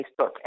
Facebook